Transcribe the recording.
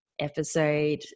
Episode